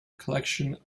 collection